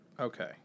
Okay